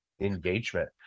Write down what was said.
engagement